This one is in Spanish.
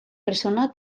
personas